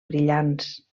brillants